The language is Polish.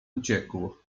uciekł